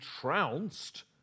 trounced